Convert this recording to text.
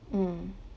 mm